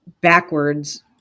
backwards